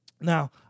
Now